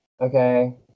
Okay